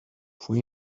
fue